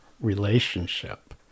relationship